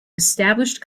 established